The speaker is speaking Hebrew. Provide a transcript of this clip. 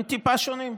הם טיפה שונים.